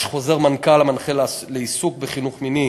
יש חוזר מנכ"ל המנחה לעיסוק בחינוך מיני